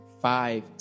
five